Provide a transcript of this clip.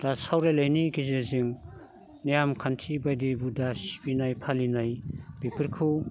दा सावरायनायनि गेजेरजों नेम खान्थि बादि हुदा सिबिनाय फालिनाय बेफोरखौ